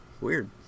Weird